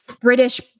British